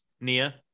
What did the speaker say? Nia